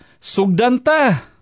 Sugdanta